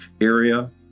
area